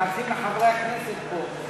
לוועדת הכלכלה נתקבלה.